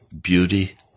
beauty